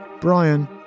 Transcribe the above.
Brian